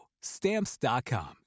Stamps.com